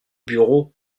bureaux